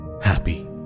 happy